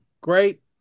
great